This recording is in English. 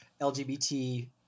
LGBT